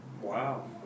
Wow